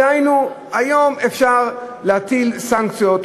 דהיינו, היום אפשר להטיל סנקציות,